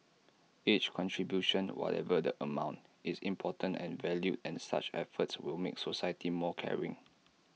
each contribution whatever the amount is important and valued and such efforts will make society more caring